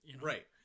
Right